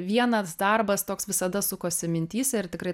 vienas darbas toks visada sukosi mintyse ir tikrai